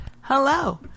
Hello